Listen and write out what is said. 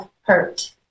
hurt